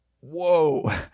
Whoa